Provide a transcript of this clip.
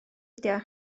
ydy